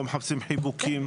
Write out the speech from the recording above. אנחנו לא מחפשים חיבוקים,